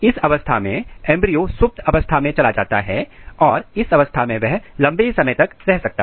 इस अवस्था में एंब्रियो सुप्त अवस्था में चला जाता है और इस अवस्था में लंबे समय तक रह सकता है